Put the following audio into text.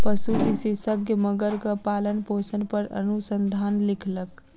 पशु विशेषज्ञ मगरक पालनपोषण पर अनुसंधान लिखलक